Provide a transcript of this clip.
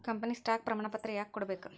company stock ಪ್ರಮಾಣಪತ್ರ ಯಾಕ ಕೊಡ್ಬೇಕ್